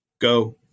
go